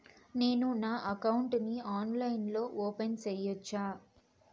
నేను నా అకౌంట్ ని ఆన్లైన్ లో ఓపెన్ సేయొచ్చా?